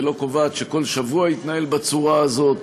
ולא קובעת שכל שבוע יתנהל בצורה הזאת,